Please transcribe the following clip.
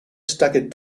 staggered